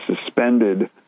suspended